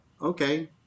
okay